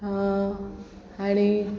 आनी